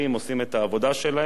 עושים את העבודה שלהם,